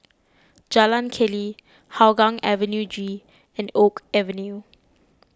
Jalan Keli Hougang Avenue G and Oak Avenue